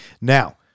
Now